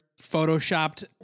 photoshopped